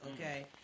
okay